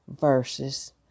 verses